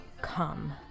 come